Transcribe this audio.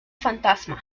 fantasma